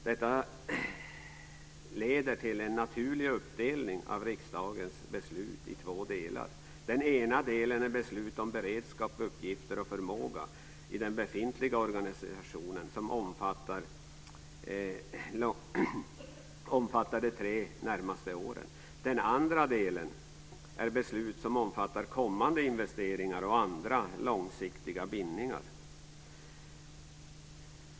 Detta leder till en naturlig uppdelning av riksdagens beslut i två delar. Den ena delen är beslut om beredskap, uppgifter och förmåga i den befintliga organisationen som omfattar de tre närmaste åren. Den andra delen är beslut som omfattar kommande investeringar och andra långsiktiga bindningar.